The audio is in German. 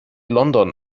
london